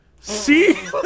see